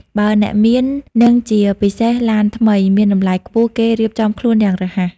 បើអ្នកមាននិងជាពិសេសឡានថ្មី មានតម្លៃខ្ពស់ គេរៀបចំខ្លួនយ៉ាងរហ័ស ។